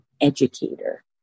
educator